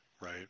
Right